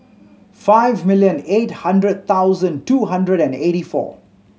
five million eight hundred thousand two hundred and eighty four